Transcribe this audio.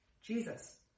Jesus